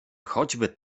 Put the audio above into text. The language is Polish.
choćby